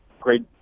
great